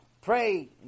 pray